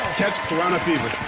catch piranha fever!